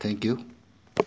thank you